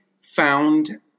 found